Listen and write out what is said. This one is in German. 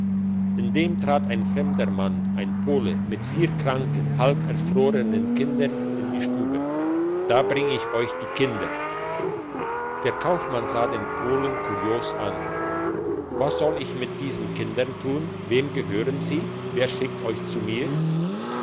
indem trat ein fremder mann ein pole mit vier kranken halberfrorenen kindern in die stube da bring ich euch die kinder der kaufmann sah den polen kurios an was soll ich mit diesen kindern tun wem gehören sie wer schickt euch zu mir